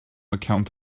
account